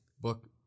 book